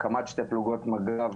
הקמת שתי פלוגות מג"ב,